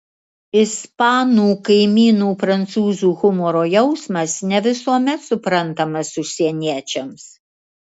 ispanų kaimynų prancūzų humoro jausmas ne visuomet suprantamas užsieniečiams